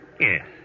Yes